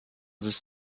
this